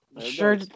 Sure